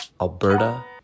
Alberta